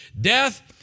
death